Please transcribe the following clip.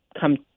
come